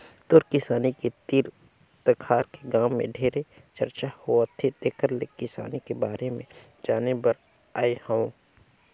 तोर किसानी के तीर तखार के गांव में ढेरे चरचा होवथे तेकर ले किसानी के बारे में जाने बर आये हंव